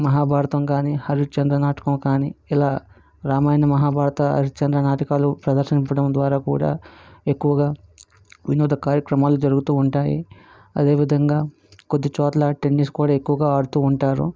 మహాభారతం కానీ హరిశ్చంద్ర నాటకం కానీ ఇలా రామాయణ మహాభారత హరిశ్చంద్ర నాటకాలు ప్రదర్శింపడం ద్వారా కూడా ఎక్కువగా వినోద కార్యక్రమాలు జరుగుతూ ఉంటాయి అదేవిధంగా కొద్ది చోట్ల టెన్నిస్ కూడా ఎక్కువగా ఆడుతూ ఉంటారు